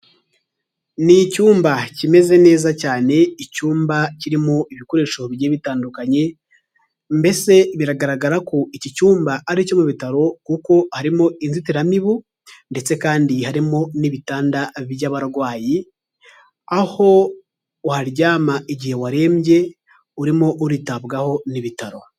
Ni icyumba kimeze neza cyane, icyumba kirimo ibikoresho bigiye bitandukanye, mbese biragaragara ko iki cyumba ari icyo mu bitaro, kuko harimo inzitiramibu ndetse kandi harimo n'ibitanda by'abarwayi, aho uharyama igihe warembye urimo uritabwaho n'ibitaro.